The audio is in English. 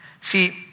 See